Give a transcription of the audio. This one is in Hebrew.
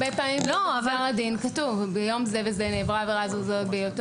הרבה פעמים בגזר הדין כתוב שביום זה וזה נעברה עבירה זאת וזאת.